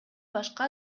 башка